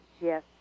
Yes